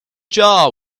jar